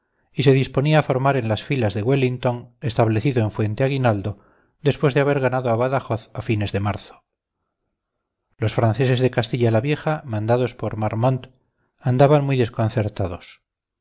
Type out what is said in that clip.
y se disponía a formar en las filas de wellington establecido en fuente aguinaldo después de haber ganado a badajoz a fines de marzo los franceses de castilla la vieja mandados por marmont andaban muy desconcertados